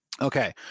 Okay